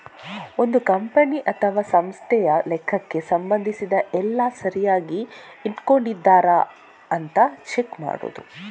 ಒಂದು ಕಂಪನಿ ಅಥವಾ ಸಂಸ್ಥೆಯ ಲೆಕ್ಕಕ್ಕೆ ಸಂಬಂಧಿಸಿದ ಎಲ್ಲ ಸರಿಯಾಗಿ ಇಟ್ಕೊಂಡಿದರಾ ಅಂತ ಚೆಕ್ ಮಾಡುದು